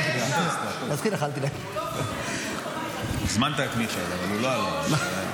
הזמנת את מיכאל, אבל הוא לא עלה.